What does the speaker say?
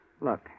Look